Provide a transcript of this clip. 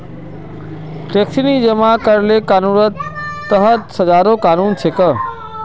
tax नी जमा करले कानूनेर तहत सजारो कानून छेक